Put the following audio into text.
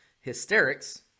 hysterics